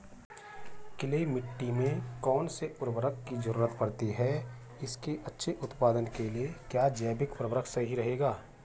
Clay मिट्टी में कौन से उर्वरक की जरूरत पड़ती है इसके अच्छे उत्पादन के लिए क्या जैविक उर्वरक सही रहेगा?